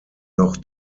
noch